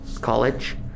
college